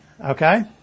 Okay